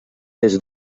des